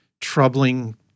troubling